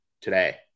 today